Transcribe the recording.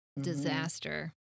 disaster